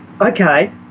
okay